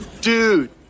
Dude